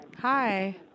Hi